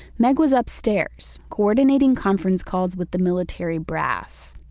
meg was upstairs coordinating conference calls with the military brass.